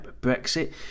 Brexit